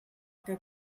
que